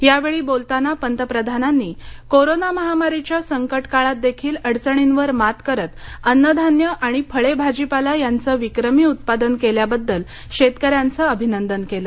यावेळी बोलताना पंतप्रधानांनी कोरोना महामारीच्या संकटकाळात देखील अडचणींवर मात करत अन्नधान्य आणि फळे भाजीपाला यांचं विक्रमी उत्पादन केल्याबद्दल शेतकऱ्यांचं अभिनंदन केलं